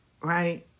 right